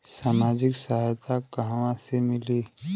सामाजिक सहायता कहवा से मिली?